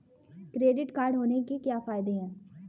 Credit card होने के क्या फायदे हैं?